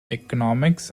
economics